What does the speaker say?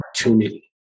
opportunity